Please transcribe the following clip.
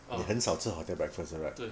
ah 对